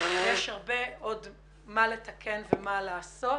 יש עוד הרבה מה לתקן ומה לעשות.